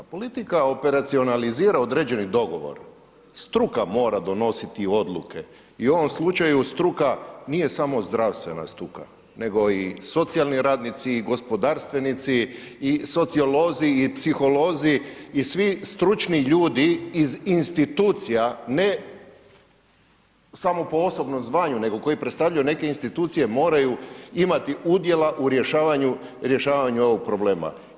Politika operacionalizira određeni dogovor, struka mora donositi odluke i u ovom slučaju struka nije samo zdravstvena struka, nego i socijalni radnici i gospodarstvenici i sociolozi i psiholozi i svi stručni ljudi iz institucija ne samo po osobnom zvanju nego koji predstavljaju neke institucije moraju imati udjela u rješavanju, rješavanju ovog problema.